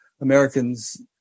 Americans